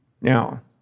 Now